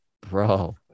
bro